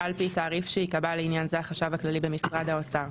על פי תעריף שיקבע לעניין זה החשב הכללי במשרד האוצר,